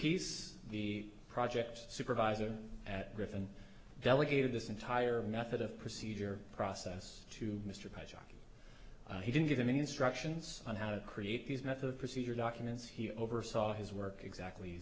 pease the project supervisor at griffin delegated this entire method of procedure process to mr pike he didn't give them instructions on how to create these methods procedure documents he oversaw his work exactly